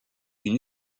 une